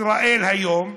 ישראל היום,